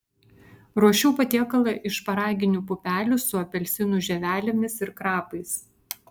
ruošiau patiekalą iš šparaginių pupelių su apelsinų žievelėmis ir krapais